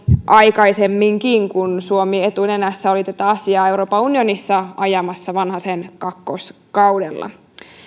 aikaisemminkin kun suomi oli etunenässä tätä asiaa euroopan unionissa ajamassa vanhasen kakkoskaudella